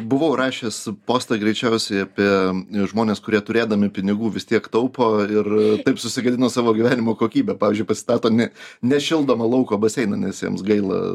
buvau rašęs postą greičiausiai apie žmones kurie turėdami pinigų vis tiek taupo ir taip susigadino savo gyvenimo kokybę pavyzdžiui pasistato ne nešildomą lauko baseiną nes jiems gaila